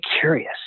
curious